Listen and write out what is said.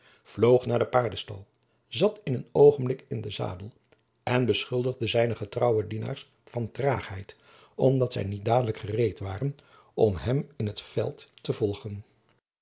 vloog naar de paardenstal zat in een oogenblik in den zadel en beschuldigde zijne getrouwe dienaars van traagheid omdat zij niet dadelijk gereed waren om hem in t veld te volgen